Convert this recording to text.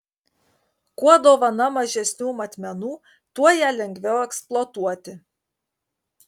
kuo dovana mažesnių matmenų tuo ją lengviau eksploatuoti